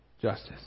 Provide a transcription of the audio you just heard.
Justice